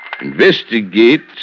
Investigate